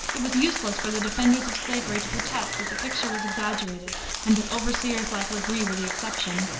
it was useless for the defenders of slavery to protest that the picture was exaggerated and that overseers like legree were the exception.